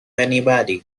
anybody